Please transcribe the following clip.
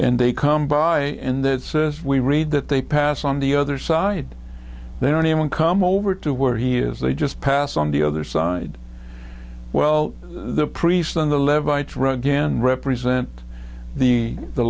and they come by in that says we read that they pass on the other side they don't even come over to where he is they just pass on the other side well the priest and the leverage run again represent the the